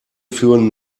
führen